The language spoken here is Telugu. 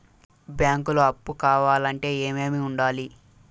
బ్యాంకులో అప్పు కావాలంటే ఏమేమి ఉండాలి?